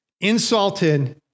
insulted